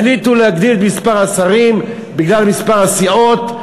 החליטו להגדיל את מספר השרים בגלל מספר הסיעות.